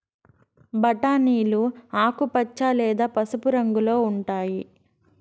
బఠానీలు ఆకుపచ్చ లేదా పసుపు రంగులో ఉంటాయి